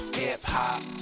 hip-hop